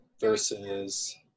versus